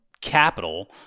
capital